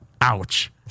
Ouch